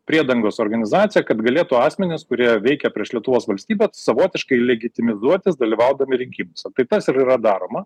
priedangos organizacija kad galėtų asmenys kurie veikia prieš lietuvos valstybę savotiškai legitimizuotis dalyvaudami rinkimuose tai tas ir yra daroma